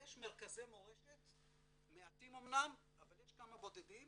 ויש מרכזי מורשת מעטים אמנם, אבל יש כמה בודדים